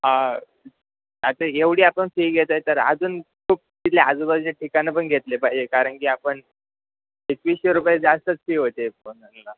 हा आता एवढी आपण फी घेत आहे तर अजून खूप तिथल्या आजूबाजूचे ठिकाणं पण घेतले पाहिजे कारण की आपण एकवीसशे रुपये जास्तच फी होते